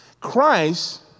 Christ